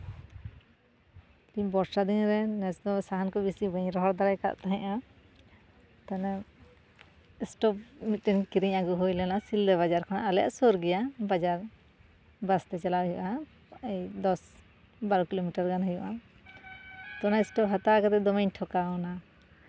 ᱤᱧ ᱵᱚᱨᱥᱟ ᱫᱤᱱ ᱨᱮ ᱱᱮᱥ ᱫᱚ ᱥᱟᱦᱟᱱ ᱠᱚ ᱵᱮᱥᱤ ᱵᱟᱹᱧ ᱨᱚᱦᱚᱲ ᱫᱟᱲᱮᱠᱟᱜ ᱛᱟᱦᱮᱱᱟ ᱛᱟᱦᱚᱞᱮ ᱥᱴᱳᱵᱷ ᱢᱤᱫᱴᱮᱱ ᱠᱤᱨᱤᱧ ᱟᱹᱜᱩ ᱦᱩᱭ ᱞᱮᱱᱟ ᱥᱤᱞᱫᱟᱹ ᱵᱟᱡᱟᱨ ᱠᱷᱚᱱᱟᱜ ᱟᱞᱮᱭᱟᱜ ᱥᱩᱨ ᱜᱮᱭᱟ ᱵᱟᱡᱟᱨ ᱵᱟᱥᱛᱮ ᱪᱟᱞᱟᱜ ᱦᱩᱭᱩᱜᱼᱟ ᱫᱚᱥ ᱵᱟᱨᱚ ᱠᱤᱞᱳᱢᱤᱴᱟᱨ ᱜᱟᱱ ᱦᱩᱭᱩᱜᱼᱟ ᱚᱱᱟ ᱤᱥᱴᱳᱵᱷ ᱦᱟᱛᱟᱣ ᱠᱟᱛᱮᱜ ᱫᱚᱢᱮᱧ ᱴᱷᱚᱠᱟᱣ ᱮᱱᱟ